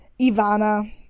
Ivana